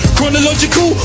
Chronological